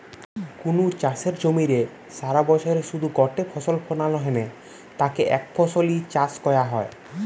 কুনু চাষের জমিরে সারাবছরে শুধু গটে ফসল ফলানা হ্যানে তাকে একফসলি চাষ কয়া হয়